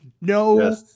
no